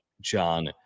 John